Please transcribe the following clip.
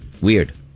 Weird